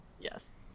yes